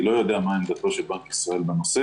אני לא יודע מה עמדתו של בנק ישראל בנושא,